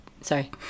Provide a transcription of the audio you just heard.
sorry